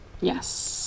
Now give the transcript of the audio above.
Yes